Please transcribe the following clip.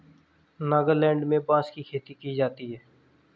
नागालैंड में बांस की खेती की जाती है